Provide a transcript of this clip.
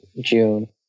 June